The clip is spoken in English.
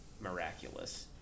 miraculous